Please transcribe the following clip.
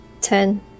ten